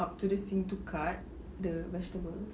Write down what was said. up to the sink to cut the vegetables